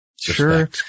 Sure